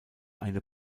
eine